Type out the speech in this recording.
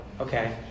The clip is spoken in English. okay